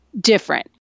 different